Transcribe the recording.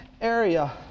area